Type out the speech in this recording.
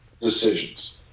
decisions